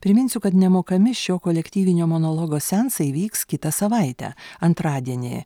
priminsiu kad nemokami šio kolektyvinio monologo seansai vyks kitą savaitę antradienį